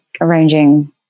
arranging